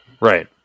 Right